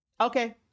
Okay